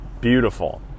beautiful